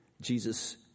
Jesus